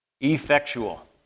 Effectual